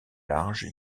large